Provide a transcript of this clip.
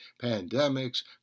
pandemics